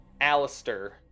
Alistair